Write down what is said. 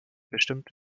bestimmt